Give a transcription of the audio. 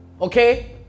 Okay